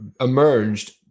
emerged